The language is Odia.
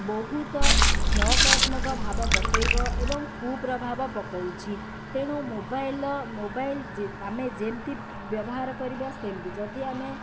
ବହୁତ ନକାରାତ୍ମକ ଭାବ ପକେଇବ ଏବଂ କୁପ୍ରଭାବ ପକାଉଛି ତେଣୁ ମୋବାଇଲ୍ର ମୋବାଇଲ୍ ଆମେ ଯେମିତି ବ୍ୟବହାର କରିବା ସେମିତି ଯଦି ଆମେ